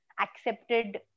accepted